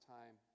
time